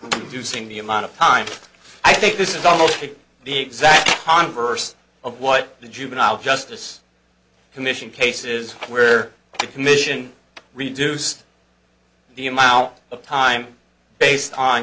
using the amount of time i think this is almost the exact converse of what the juvenile justice commission cases where the commission reduced the amount of time based on